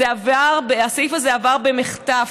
הסעיף הזה עבר במחטף,